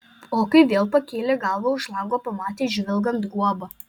o kai vėl pakėlė galvą už lango pamatė žvilgant guobą